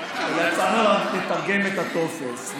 אלא צריך לתרגם את הטופס.